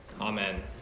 Amen